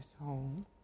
home